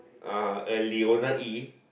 uh a Leona E